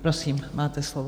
Prosím, máte slovo.